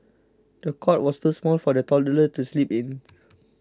the cot was too small for the toddler to sleep in